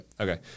Okay